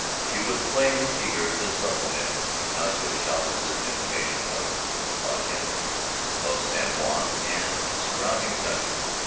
she was plainly eager to supplement ignacio chavez's information of la gente of san juan and its surrounding country,